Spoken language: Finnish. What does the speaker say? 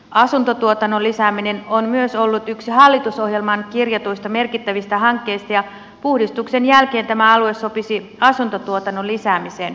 asuntotuotannon lisääminen on myös ollut yksi hallitusohjelmaan kirjatuista merkittävistä hankkeista ja puhdistuksen jälkeen tämä alue sopisi asuntotuotannon lisäämiseen